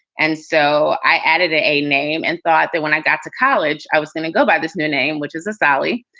and so i added a name and thought that when i got to college i was going to go by this new name, which is a sallie.